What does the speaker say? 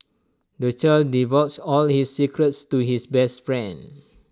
the child divulged all his secrets to his best friend